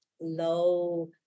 low